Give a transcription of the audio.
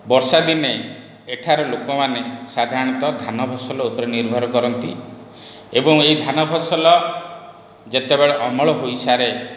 ବର୍ଷାଦିନେ ଏଠାର ଲୋକମାନେ ସାଧାରଣତଃ ଧାନ ଫସଲ ଉପରେ ନିର୍ଭର କରନ୍ତି ଏବଂ ଏଇ ଧାନ ଫସଲ ଯେତେବେଳେ ଅମଳ ହୋଇସାରେ